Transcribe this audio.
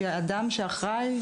שאדם שאחראי,